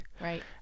Right